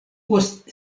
post